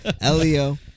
Elio